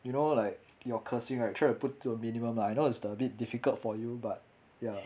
you know like your cursing right try to put to a minimum lah I know it's a bit difficult for you but ya